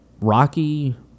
Rocky